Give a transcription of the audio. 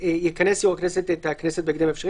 יכנס יו"ר הכנסת את הכנסת בהקדם האפשרי.